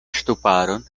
ŝtuparon